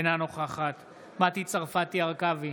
אינה נוכחת מטי צרפתי הרכבי,